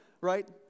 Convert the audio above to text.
right